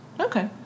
Okay